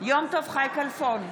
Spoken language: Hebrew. יום טוב חי כלפון,